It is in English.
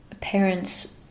parents